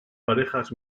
parejas